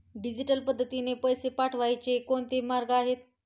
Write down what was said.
Digital पद्धतीने पैसे पाठवण्याचे कोणते मार्ग आहेत?